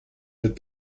wird